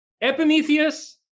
Epimetheus